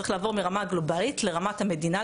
צריך לעבור מהרמה הגלובלית לרמת המדינה,